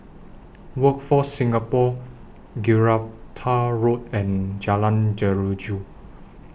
Workforce Singapore Gibraltar Road and Jalan Jeruju